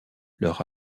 leur